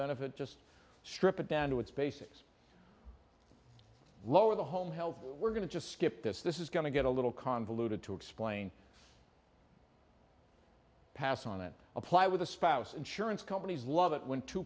benefit just strip it down to its basics lower the home help we're going to just skip this this is going to get a little convoluted to explain pass on and apply with a spouse insurance companies love it when two